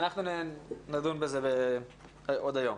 נדון בזה בינינו עוד היום.